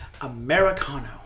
Americano